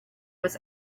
was